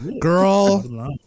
girl